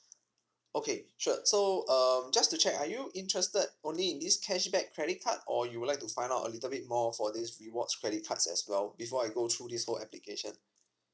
okay sure so um just to check are you interested only in this cashback credit card or you would like to find out a little bit more for this rewards credit cards as well before I go through this whole application